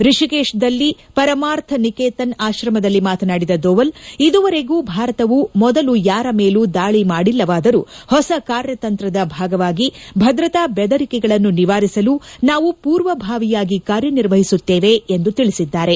ರಿಷಿಕೇತದಲ್ಲಿ ಪರಮಾರ್ಥ್ ನಿಕೇತನ್ ಆಶ್ರಮದಲ್ಲಿ ಮಾತನಾಡಿದ ದೋವಲ್ ಇದುವರೆಗೂ ಭಾರತವು ಮೊದಲು ಯಾರ ಮೇಲೂ ದಾಳಿ ಮಾಡಿಲ್ಲವಾದರೂ ಹೊಸ ಕಾರ್ಯತಂತ್ರದ ಭಾಗವಾಗಿ ಭದ್ರತಾ ಬೆದರಿಕೆಗಳನ್ನು ನಿವಾರಿಸಲು ನಾವು ಪೂರ್ವಭಾವಿಯಾಗಿ ಕಾರ್ಯನಿರ್ವಹಿಸುತ್ತೇವೆ ಎಂದು ತಿಳಿಸಿದ್ದಾರೆ